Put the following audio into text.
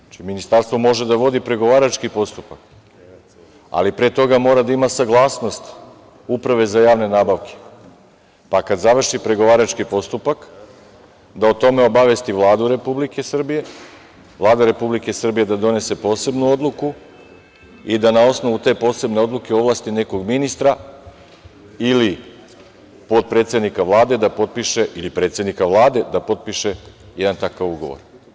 Znači, ministarstvo može da vodi pregovarački postupak, ali pre toga mora da ima saglasnost Uprave za javne nabavke, pa kad završi pregovarački postupak, da o tome obavesti Vladu Republike Srbije, Vlada Republike Srbije da donese posebnu odluku i da na osnovu te posebne odluke ovlasti nekog ministra ili potpredsednika Vlade da potpiše ili predsednika Vlade da potpiše jedan takav ugovor.